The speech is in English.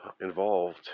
involved